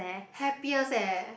happiest eh